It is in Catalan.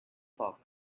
poc